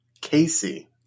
Casey